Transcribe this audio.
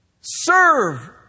Serve